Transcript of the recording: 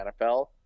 NFL